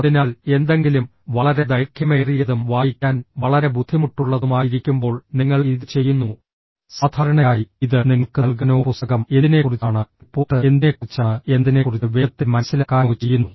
അതിനാൽ എന്തെങ്കിലും വളരെ ദൈർഘ്യമേറിയതും വായിക്കാൻ വളരെ ബുദ്ധിമുട്ടുള്ളതുമായിരിക്കുമ്പോൾ നിങ്ങൾ ഇത് ചെയ്യുന്നു സാധാരണയായി ഇത് നിങ്ങൾക്ക് നൽകാനോ പുസ്തകം എന്തിനെക്കുറിച്ചാണ് റിപ്പോർട്ട് എന്തിനെക്കുറിച്ചാണ് എന്നതിനെക്കുറിച്ച് വേഗത്തിൽ മനസ്സിലാക്കാനോ ചെയ്യുന്നു